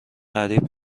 غریب